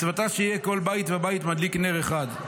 מצוותה שיהיה כל בית ובית מדליק נר אחד,